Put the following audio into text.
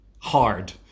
hard